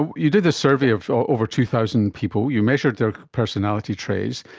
and you did this survey of over two thousand people, you measured their personality traits,